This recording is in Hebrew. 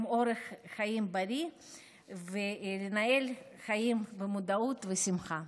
אורח חיים בריא ולנהל חיים במודעות ושמחה.